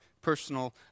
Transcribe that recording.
personal